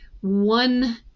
one